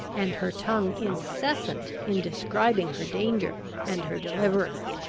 and her tongue incessant in describing her danger and her deliverance.